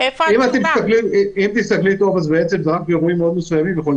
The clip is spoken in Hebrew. אם תסתכלי טוב, זה רק באירועים מאוד מסוימים.